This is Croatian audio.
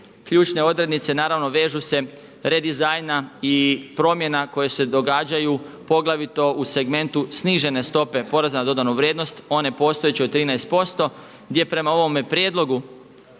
Ključne odrednice naravno vežu se redizajna i promjena koje se događaju poglavito u segmentu snižene stope poreza na dodanu vrijednost one postojeće od 13% gdje prema ovome prijedlogu